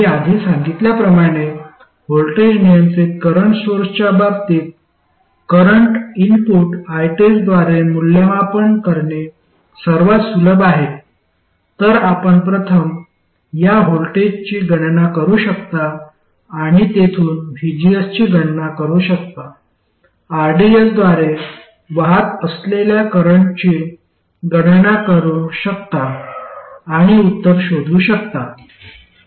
मी आधी सांगितल्याप्रमाणे व्होल्टेज नियंत्रित करंट सोर्सच्या बाबतीत करंट इनपुट ITEST द्वारे मूल्यमापन करणे सर्वात सुलभ आहे तर आपण प्रथम या व्होल्टेजची गणना करू शकता आणि तेथून vgs ची गणना करू शकता rds द्वारे वाहत असलेल्या करंटची गणना करू शकता आणि उत्तर शोधू शकता